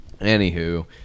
Anywho